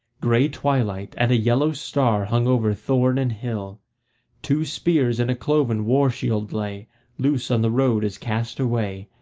grey twilight and a yellow star hung over thorn and hill two spears and a cloven war-shield lay loose on the road as cast away,